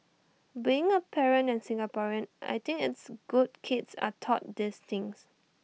being A parent and Singaporean I think it's good kids are taught these things